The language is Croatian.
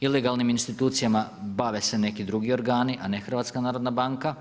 Ilegalnim institucijama bave se neki drugi organi a ne HNB.